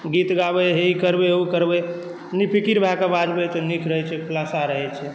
गीत गाबय ई करबय ऊ करबय निफिकिर भै क बाजबै तऽ नीक रहय छै खुलासा रहय छै